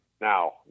Now